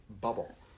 bubble